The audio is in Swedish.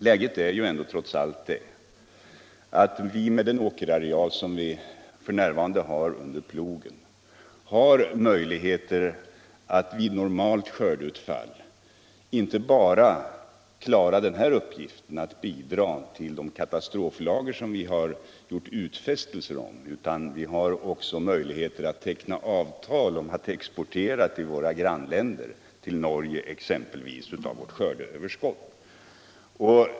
Läget är ju trots allt det att vi med den åkerareal som f. n. ligger under plogen har möjligheter att vid normalt skördeutfall både klara uppgiften att bidra till de katastroflager som vi har gjort utfästelser om och teckna avtal om att exportera av vårt skördeöverskott till våra grannländer, exempelvis Norge.